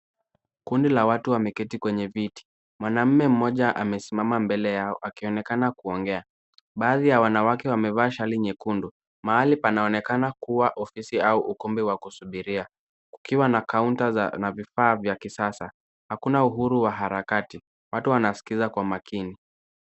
Kundi la watu wameketi kwenye viti. Mwanaume mmoja amesimama mbele yao akionekana kuongea. Baadhi ya wanawake wamevaa shati nyekundu. Mahali panaonekana kuwa ofisi au ukumbi wa kusubiria, ukiwa na kaunta na vifaa vya kisasa. Hakuna uhuru wa harakati. atu wanaskiza kwa makini.